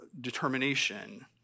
determination